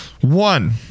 one